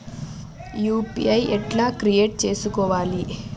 UPI ఎట్లా create చేసుకోవాలి?